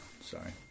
Sorry